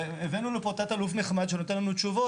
והבאנו לפה תת אלוף נחמד שנותן לנו תשובות,